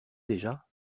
déjà